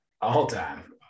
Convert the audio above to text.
All-time